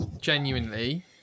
genuinely